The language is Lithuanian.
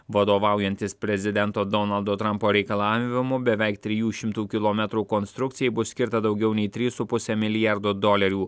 vadovaujantis prezidento donaldo trampo reikalavimu beveik trijų šimtų kilometrų konstrukcijai bus skirta daugiau nei trys su puse milijardo dolerių